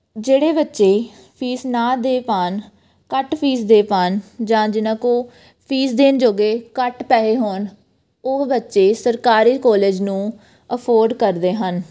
ਜਿਹੜੇ ਬੱਚੇ ਫੀਸ ਨਾ ਦੇ ਪਾਉਣ ਘੱਟ ਫੀਸ ਦੇ ਪਾਉਣ ਜਾਂ ਜਿਹਨਾਂ ਕੋਲ ਫੀਸ ਦੇਣ ਜੋਗੇ ਘੱਟ ਪੈਸੇ ਹੋਣ ਉਹ ਬੱਚੇ ਸਰਕਾਰੀ ਕੋਲਜ ਨੂੰ ਅਫੋਰਡ ਕਰਦੇ ਹਨ